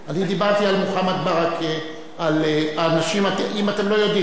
אני דיברתי על מוחמד ברכה, אם אתם לא יודעים.